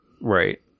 Right